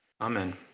Amen